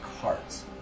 carts